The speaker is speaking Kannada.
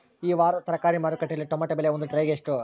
ಈ ವಾರದ ತರಕಾರಿ ಮಾರುಕಟ್ಟೆಯಲ್ಲಿ ಟೊಮೆಟೊ ಬೆಲೆ ಒಂದು ಟ್ರೈ ಗೆ ಎಷ್ಟು?